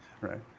right